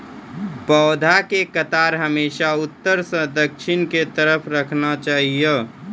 पौधा के कतार हमेशा उत्तर सं दक्षिण के तरफ राखना चाहियो